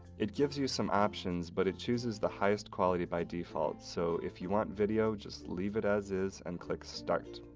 it gives you some options, but it chooses the highest quality by default, so if you want video, just leave it as is, and click start.